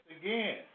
again